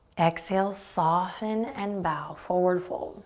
exhale, soften and bow, forward fold.